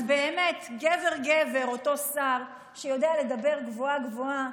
אז באמת גבר-גבר אותו שר שיודע לדבר גבוהה-גבוהה,